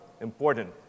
important